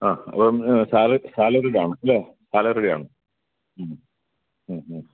ആ അപ്പോള് salary salary കാണുമല്ലേ സാലറി കാണും ഉം ഉം ഉം